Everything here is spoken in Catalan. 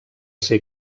ser